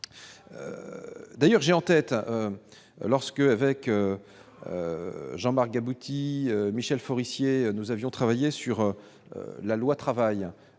d'ailleurs j'ai en tête lorsque avec Jean-Marc abouti Michel Forissier, nous avions travaillé sur la loi travail